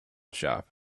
shop